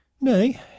nay